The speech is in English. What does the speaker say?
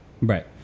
right